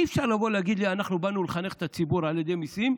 אי-אפשר לבוא ולהגיד: אנחנו באנו לחנך את הציבור על ידי מיסים,